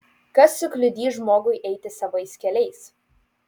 kas sukliudys žmogui eiti savais keliais